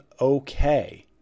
okay